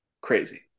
crazy